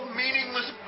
meaningless